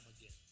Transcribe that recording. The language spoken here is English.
again